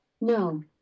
No